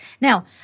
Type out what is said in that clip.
Now